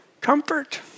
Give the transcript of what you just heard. Comfort